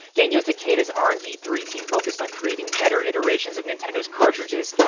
genyo takeda's r and d three team focused on creating better iterations of nintendo cartridges,